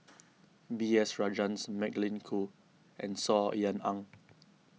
B S Rajhans Magdalene Khoo and Saw Ean Ang